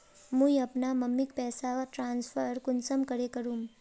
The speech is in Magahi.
मुई अपना मम्मीक पैसा ट्रांसफर कुंसम करे करूम?